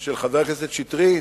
של חבר הכנסת שטרית.